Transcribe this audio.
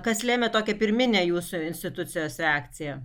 kas lėmė tokią pirminę jūsų institucijos reakciją